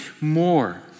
more